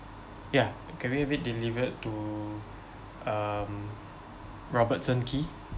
ya can we have it delivered to um robertson quay